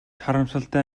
харамсалтай